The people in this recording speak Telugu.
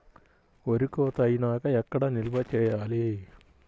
వరి కోత అయినాక ఎక్కడ నిల్వ చేయాలి?